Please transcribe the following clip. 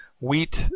wheat